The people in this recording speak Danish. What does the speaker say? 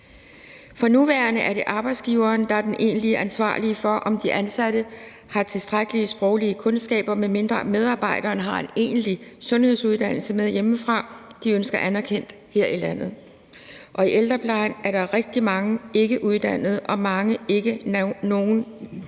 For nuværende er det arbejdsgiveren, der er den egentlige ansvarlige for, at de ansatte har tilstrækkelige sproglige kundskaber, medmindre medarbejderen har en egentlig sundhedsuddannelse med hjemmefra, som de ønsker anerkendt her i landet, og i ældreplejen er der rigtig mange ikkeuddannede, og der stilles dermed